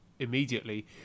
immediately